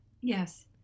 Yes